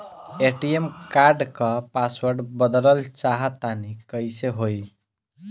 ATM card क password बदलल चाहा तानि कइसे होई?